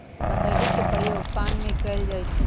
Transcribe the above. कसेली के प्रयोग पान में कएल जाइ छइ